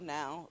now